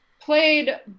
played